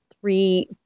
three